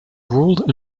ruled